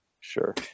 Sure